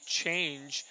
change